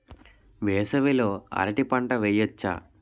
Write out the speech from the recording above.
వేసవి లో అరటి పంట వెయ్యొచ్చా?